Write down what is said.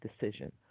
decision